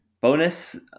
bonus